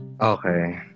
Okay